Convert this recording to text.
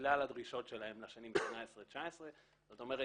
לכלל הדרישות שלהם לשנים 2018 2019. זאת אומרת,